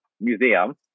museum